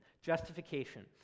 justification